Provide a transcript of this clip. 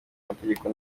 amategeko